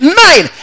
nine